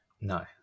No